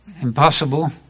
impossible